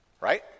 Right